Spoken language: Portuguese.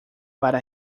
para